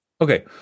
Okay